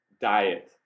diet